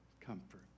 Comfort